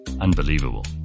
unbelievable